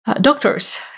doctors